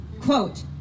quote